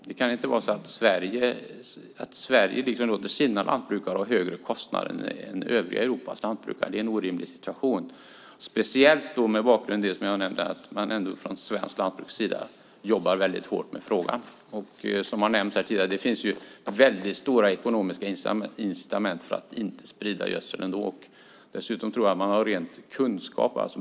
Det kan inte vara så att Sverige låter sina lantbrukare ha högre kostnader än övriga Europas lantbrukare. Det skulle vara en orimlig situation, speciellt mot den bakgrund som jag nämnde, att man från svenskt lantbruks sida jobbar väldigt hårt med frågan. Som har nämnts här tidigare finns det ändå väldigt stora ekonomiska incitament för att inte sprida gödsel. Dessutom tror jag att man har kunskaper.